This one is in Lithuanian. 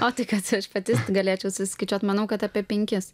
o tai kad aš pati galėčiau susiskaičiuot manau kad apie penkis